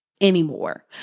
anymore